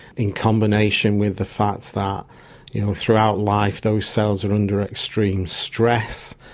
in combination with the fact that you know throughout life those cells are under extreme stress,